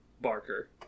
Barker